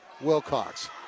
Wilcox